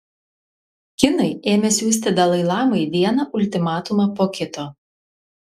kinai ėmė siųsti dalai lamai vieną ultimatumą po kito